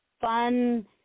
fun